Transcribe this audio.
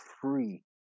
free